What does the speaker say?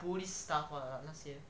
police stuff 那些